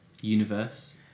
universe